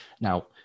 Now